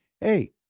Hey